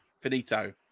Finito